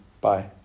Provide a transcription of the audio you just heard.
Bye